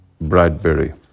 Bradbury